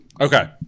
okay